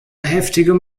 heftigem